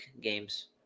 games